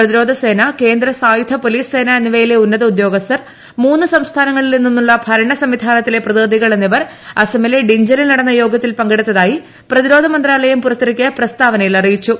പ്രതിരോധ സേന കേന്ദ്ര സായുധ പൊലീസ് സേന എന്നിവയിലെ ഉന്നത ഉദ്യോഗസ്ഥർ മൂന്ന് സംസ്ഥാനങ്ങളിൽ നിന്നുമുള്ള ഭരണ സംവിധാനത്തിലെ പ്രതിനിധികൾ എന്നിവർ അസമിലെ ഡിഞ്ചനിൽ നടന്ന യോഗത്തിൽ പങ്കെടുത്തായി പ്രതിരോധ മന്ത്രാലയം പുറത്തിറക്കിയ പ്രസ്താവനയിൽ അറിയിച്ചു